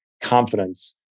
confidence